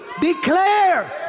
declare